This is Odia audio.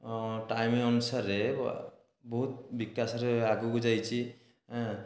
ଟାଇମ୍ ଅନୁସାରେ ବହୁତ ବିକାଶରେ ଆଗକୁ ଯାଇଛି